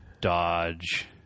dodge